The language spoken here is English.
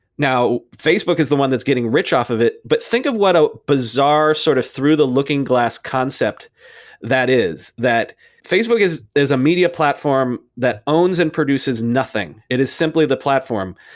now facebook is the one that's getting rich off of it, but think of what a bizarre sort of through the looking-glass concept that is, that facebook is is a media platform that owns and produces nothing. it is simply the platform.